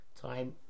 time